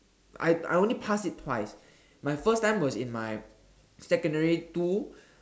I I only pass it twice my first time was in my secondary two